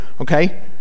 okay